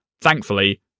thankfully